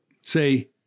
say